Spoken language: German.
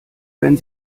wenn